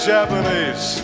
Japanese